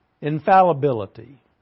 Infallibility